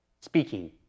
speaking